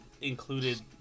included